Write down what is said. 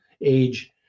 age